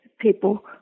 people